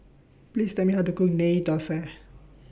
Please Tell Me How to Cook Ghee Thosai